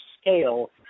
scale